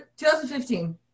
2015